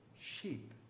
sheep